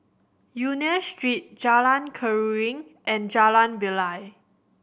Union Street Jalan Keruing and Jalan Bilal